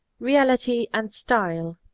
reality, and style.